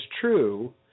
true